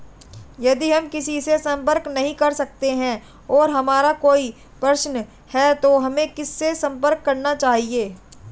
यदि हम किसी से संपर्क नहीं कर सकते हैं और हमारा कोई प्रश्न है तो हमें किससे संपर्क करना चाहिए?